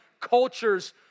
cultures